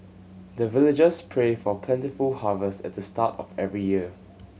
the villagers pray for plentiful harvest at the start of every year